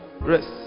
Rest